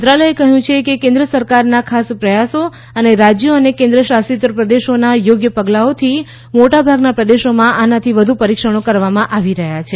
મંત્રાલયે કહ્યું છે કે કેન્દ્ર સરકારના ખાસ પ્રયાસો અને રાજ્યો અને કેન્દ્રશાસિત પ્રદેશોના યોગ્ય પગલાંઓથી મોટાભાગના પ્રદેશોમાં આનાથી વધુ પરિક્ષણો કરવામાં આવી રહ્યાં છે